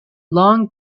long